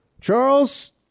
Charles